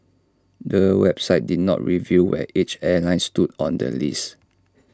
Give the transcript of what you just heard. the website did not reveal where each airline stood on the list